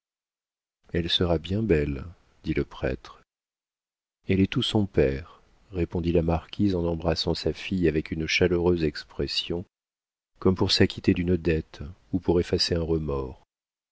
elle sera bien belle dit le prêtre elle est tout son père répondit la marquise en embrassant sa fille avec une chaleureuse expression comme pour s'acquitter d'une dette ou pour effacer un remords